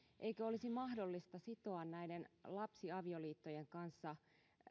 eikö olisi mahdollista sitoa näiden lapsiavioliittojen kanssa